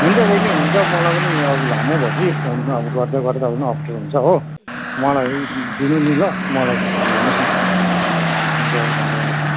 हुन्छ बहिनी हुन्छ मलाई पनि अब लामो भयो कि फोनमा अब गर्दा गर्दा पनि अप्ठ्यारो हुन्छ हो मलाई दिनु नि ल मलाई फोन गर्नुहोस् न हुन्छ धन्यवाद